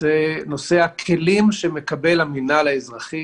זה נושא הכלים שמקבל המינהל האזרחי